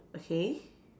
okay